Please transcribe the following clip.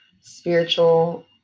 spiritual